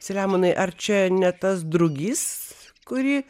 selemonai ar čia ne tas drugys kurį